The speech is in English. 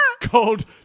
called